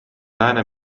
lääne